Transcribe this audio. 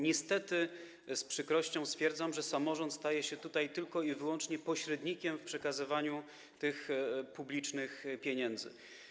Niestety, z przykrością stwierdzam, że samorząd staje się tutaj tylko i wyłącznie pośrednikiem w przekazywaniu publicznych pieniędzy.